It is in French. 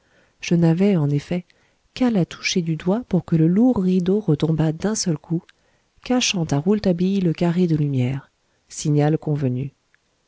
je n'avais en effet qu'à la toucher du doigt pour que le lourd rideau retombât d'un seul coup cachant à rouletabille le carré de lumière signal convenu